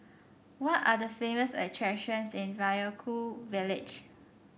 what are the famous attractions in Vaiaku village